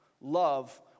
love